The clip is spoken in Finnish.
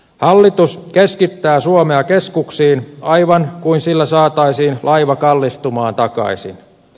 hallitus keskittää suomea keskuksiin aivan kuin sillä saataisiin laiva kallistumaan takaisin